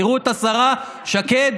תראו את השרה שקד,